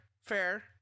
Fair